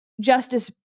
justice-